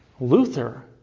Luther